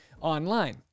online